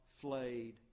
flayed